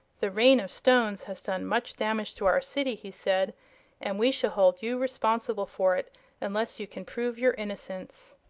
the rain of stones has done much damage to our city, he said and we shall hold you responsible for it unless you can prove your innocence.